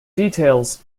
details